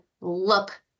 look